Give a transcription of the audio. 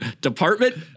department